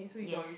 yes